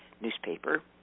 newspaper